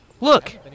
Look